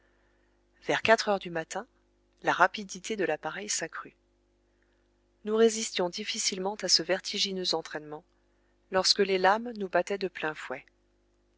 vers quatre heures du matin la rapidité de l'appareil s'accrut nous résistions difficilement à ce vertigineux entraînement lorsque les lames nous battaient de plein fouet